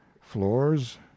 floors